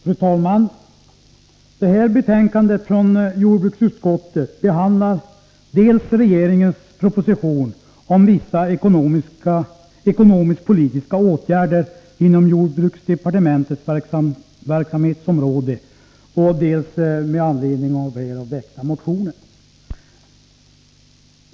Fru talman! Det här betänkandet från jordbruksutskottet behandlar dels regeringens proposition om vissa ekonomisk-politiska åtgärder inom jordbruksdepartementets verksamhetsområde, dels med anledning härav väckta motioner.